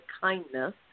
kindness